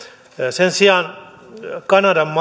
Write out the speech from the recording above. sen sijaan kanadassa